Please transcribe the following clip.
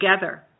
together